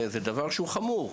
זה דבר חמור.